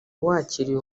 wakiriye